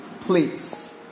please